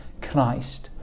Christ